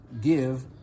give